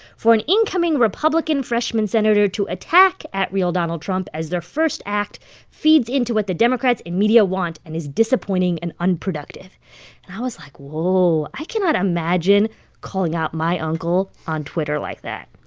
for an incoming republican freshman senator to attack at realdonaldtrump as their first act feeds into what the democrats in media want and is disappointing and unproductive and i was like, whoa. i cannot imagine calling out my uncle on twitter like that